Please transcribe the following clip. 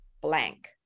blank